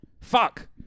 Fuck